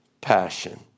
passion